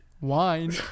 Wine